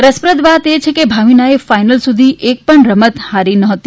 રસપ્રદ વાત એ છે કે ભાવિના ફાઇનલ સુધી એક પણ રમત હારી નહોતી